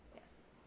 Yes